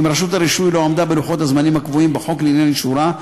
אם רשות הרישוי לא עמדה בלוחות הזמנים הקבועים בחוק לעניין אישורה,